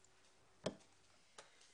הישיבה ננעלה בשעה 14:00.